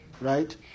right